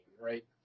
right